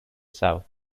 south